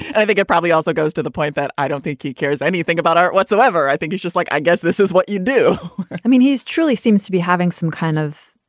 and i think it probably also goes to the point that i don't think he cares anything about art whatsoever. i think he's just like, i guess this is what you do i mean, he's truly seems to be having some kind of.